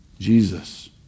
Jesus